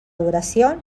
duración